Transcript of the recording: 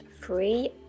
free